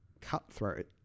cutthroat